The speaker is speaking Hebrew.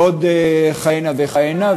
ועוד כהנה וכהנה.